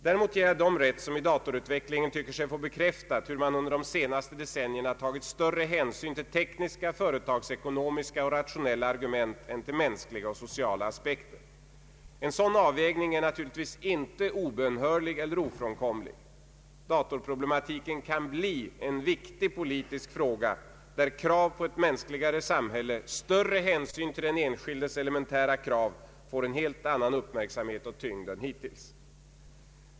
Däremot ger jag dem rätt som i datorutvecklingen tycker sig få bekräftat hur man under de senaste decennierna tagit större hänsyn till tekniska, företagsekonomiska och rationella argument än till mänskliga och sociala aspekter. En sådan avvägning är givetvis inte obönhörlig eller ofrånkomlig. Dataproblematiken kan bli en viktig politisk fråga, där krav på ett mänskligare samhälle, större hänsyn till den enskildes elementära krav får en helt annan uppmärksamhet och tyngd än hittills.